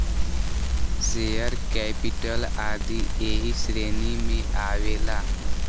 share capital आदी ऐही श्रेणी में आवेला